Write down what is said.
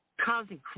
causing